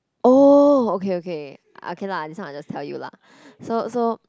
oh okay okay okay lah this one I just tell you lah so so